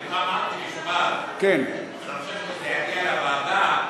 אני לא אמרתי, אני חושב שכשזה יגיע לוועדה,